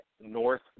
North